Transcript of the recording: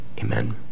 Amen